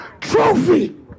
Trophy